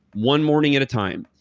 one morning at a time,